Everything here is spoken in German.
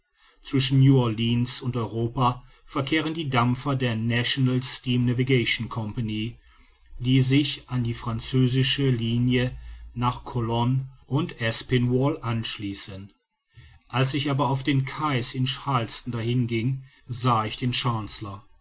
zwischen new orleans und europa verkehren die dampfer der national steam navigation co die sich an die französische linie nach colon und aspinwall anschließen als ich aber auf den quais in charleston dahinging sah ich den